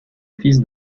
fils